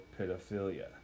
pedophilia